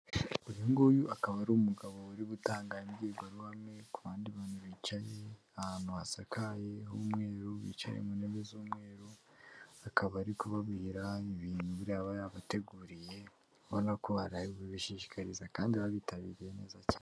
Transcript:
Uyu nguyu akaba ari umugabo uri gutanga imbwirwaruhame ku bandi bantu bicaye, ahantu hasakaye h'umweru bicaye mu ntebe z'umweru akaba ariko kubabwira ibintu yaba yabateguriye ubona ko barabishishikariza kandi babitabiriye neza cyane.